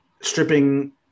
Stripping